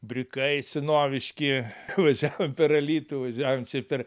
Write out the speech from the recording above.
brikai senoviški važiavom per alytų važiavom čia per